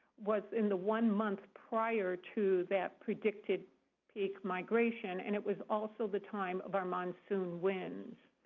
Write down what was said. was in the one month prior to that predicted peak migration. and it was also the time of our monsoon winds.